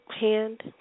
hand